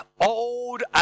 old